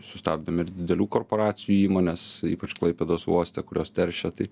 sustabdėm ir didelių korporacijų įmones ypač klaipėdos uoste kurios teršia tai